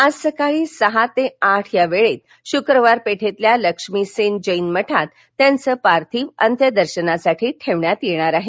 आज सकाळी सहा ते आठ या वेळेत शुक्रवार पेठेतील लक्ष्मीसेन जैन मठात त्यांचे पार्थिव अंत्यदर्शनासाठी ठेवण्यात येणार आहे